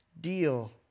deal